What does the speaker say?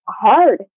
hard